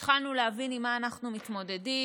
התחלנו להבין עם מה אנחנו מתמודדים.